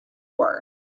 were